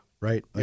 Right